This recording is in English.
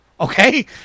Okay